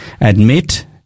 admit